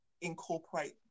incorporate